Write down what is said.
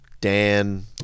Dan